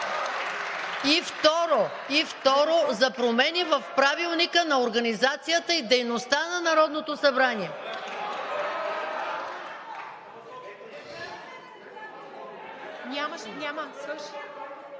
И второ, за промени в Правилника за организацията и дейността на Народното събрание. (Шум и